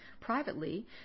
privately